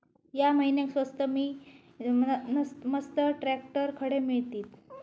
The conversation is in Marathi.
या महिन्याक स्वस्त नी मस्त ट्रॅक्टर खडे मिळतीत?